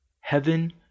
heaven